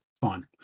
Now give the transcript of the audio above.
Fine